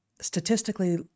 statistically